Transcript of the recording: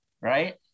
right